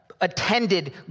attended